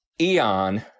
eon